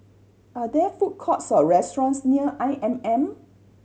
are there food courts or restaurants near I M M